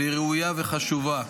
והיא ראויה וחשובה.